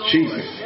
Jesus